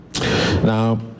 Now